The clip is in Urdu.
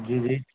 جی جی